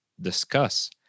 discuss